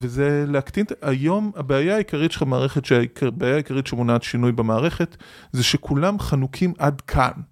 וזה להקטין, היום הבעיה העיקרית שמונעת שינוי במערכת זה שכולם חנוקים עד כאן.